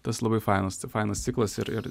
tas labai fainas fainas ciklas ir